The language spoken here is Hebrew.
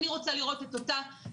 אני רוצה לראות את אותה